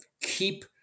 keep